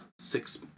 six